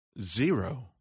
Zero